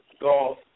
golf